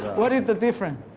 what is the difference?